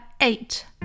eight